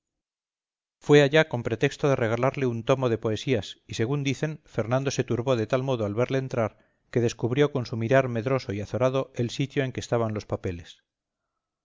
fue allá con pretexto de regalarle un tomo de poesías y según dicen fernando se turbó de tal modo al verle entrar que descubrió con su mirar medroso y azorado el sitio en que estaban los papeles